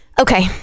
Okay